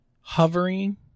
hovering